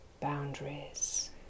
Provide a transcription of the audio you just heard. boundaries